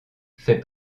fait